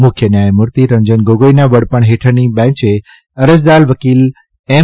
મુખ્ય ન્યાયમૂર્તિ રંજન ગોગોઈના વડપણ હેઠળની બેંચે અરજદાર વકીલ એમ